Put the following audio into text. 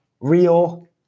real